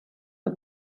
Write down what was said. are